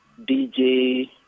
DJ